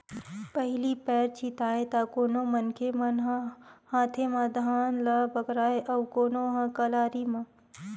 पहिली पैर छितय त कोनो मनखे मन ह हाते म धान ल बगराय अउ कोनो ह कलारी म